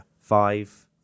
five